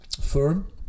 firm